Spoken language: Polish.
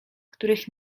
których